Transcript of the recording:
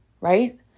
right